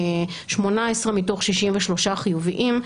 18 מתוך 63 חיוביים,